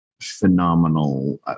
phenomenal